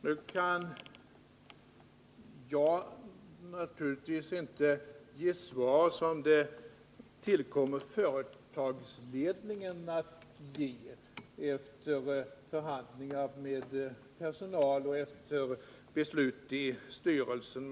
Jag kan naturligtvis inte ge svar som det tillkommer företagsledningen att ge efter förhandlingar med personalen och beslut i styrelsen.